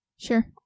Sure